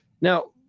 Now